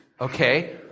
Okay